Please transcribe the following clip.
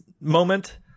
moment